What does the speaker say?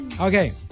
Okay